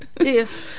yes